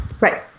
right